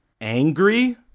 angry